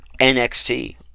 NXT